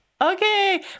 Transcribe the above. Okay